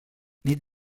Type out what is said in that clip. nit